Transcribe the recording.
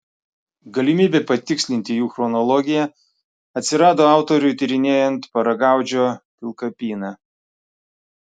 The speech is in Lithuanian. galimybė patikslinti jų chronologiją atsirado autoriui tyrinėjant paragaudžio pilkapyną